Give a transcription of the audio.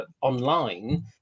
online